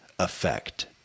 effect